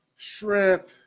shrimp